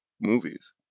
movies